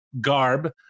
garb